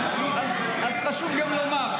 אז חשוב גם לומר.